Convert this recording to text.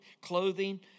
clothing